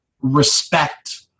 respect